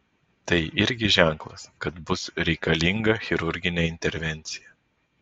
tai irgi ženklas kad bus reikalinga chirurginė intervencija